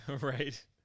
Right